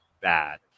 bad